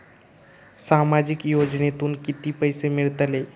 सामाजिक योजनेतून किती पैसे मिळतले?